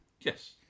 Yes